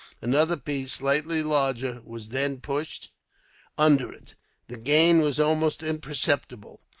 another piece, slightly larger, was then pushed under it. the gain was almost imperceptible,